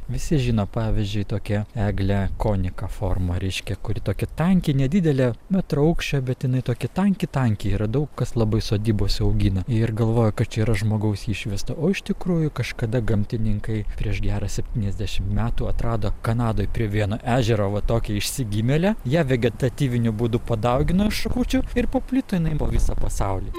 visi žino pavyzdžiui tokia eglė conica forma reiškia kuri tokia tanki nedidelė metro aukščio bet jinai tokia tanki tanki yra daug kas labai sodybose augina ir galvoja kad čia yra žmogaus išvesta o iš tikrųjų kažkada gamtininkai prieš gerą septyniasdešimt metų atrado kanadoj prie vieno ežero va tokią išsigimėlę ją vegetatyviniu būdu padaugino iš šakučių ir paplito jinai po visą pasaulį